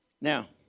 Now